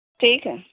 ٹھیک ہے